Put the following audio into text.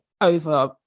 over